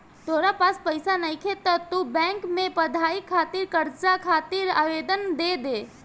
तोरा पास पइसा नइखे त तू बैंक में पढ़ाई खातिर कर्ज खातिर आवेदन दे दे